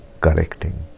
correcting